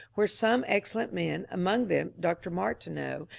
where some excellent men, among them dr. mar tineau,